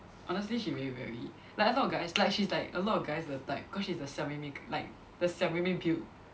honestly she really very like I thought guys like she's like a lot of guys the type cause she's the 小妹妹 k~ like the 小妹妹 build